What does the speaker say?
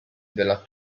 della